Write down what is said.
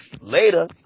later